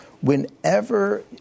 whenever